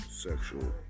sexual